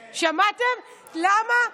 למה?